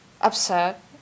upset